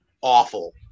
awful